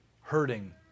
hurting